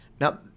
Now